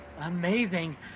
Amazing